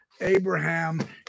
Abraham